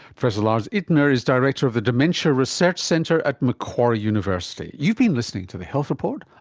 professor lars ittner is director of the dementia research centre at macquarie university. you've been listening to the health report,